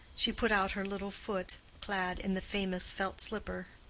she put out her little foot, clad in the famous felt slipper.